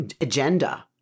agenda